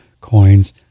coins